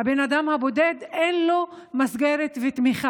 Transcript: הבן אדם הבודד, אין לו מסגרת ותמיכה.